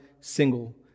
single